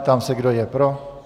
Ptám se, kdo je pro.